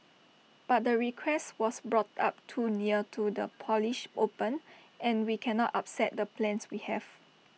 but the request was brought up too near to the polish open and we cannot upset the plans we have